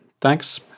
Thanks